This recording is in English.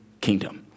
kingdom